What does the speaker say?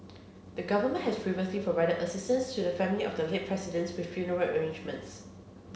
the Government has previously provided assistance to the family of the late Presidents with funeral arrangements